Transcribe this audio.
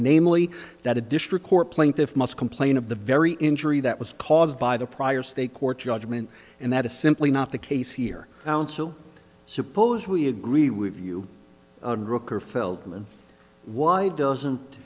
namely that a district court plaintiff must complain of the very injury that was caused by the prior state court judgment and that is simply not the case here now and so i suppose we agree with you on record feldman why doesn't